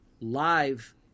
live